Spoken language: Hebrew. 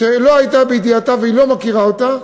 שלא הייתה בידיעתה והיא לא מכירה אותה.